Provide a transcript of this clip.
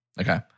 Okay